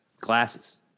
glasses